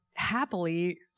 happily